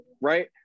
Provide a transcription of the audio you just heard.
right